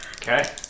Okay